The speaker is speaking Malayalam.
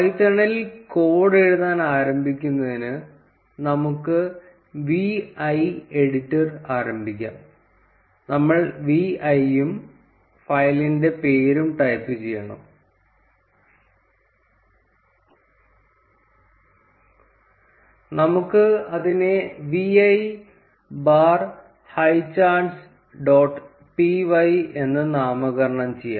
പൈത്തണിൽ കോഡ് എഴുതാൻ ആരംഭിക്കുന്നതിന് നമുക്ക് vi എഡിറ്റർ ആരംഭിക്കാം നമ്മൾ v i യും ഫയലിന്റെ പേരും ടൈപ്പ് ചെയ്യണം നമുക്ക് അതിനെ vi bar highcharts dot p y എന്ന് നാമകരണം ചെയ്യാം